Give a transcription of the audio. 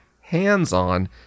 hands-on